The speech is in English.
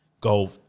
go